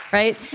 right.